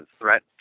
threat